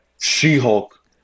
She-Hulk